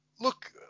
look